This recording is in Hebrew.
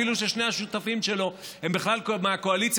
אפילו ששני השותפים שלו הם בכלל מהקואליציה